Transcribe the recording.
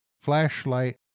flashlight